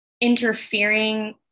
interfering